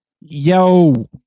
Yo